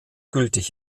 gültig